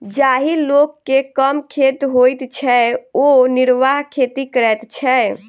जाहि लोक के कम खेत होइत छै ओ निर्वाह खेती करैत छै